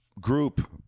group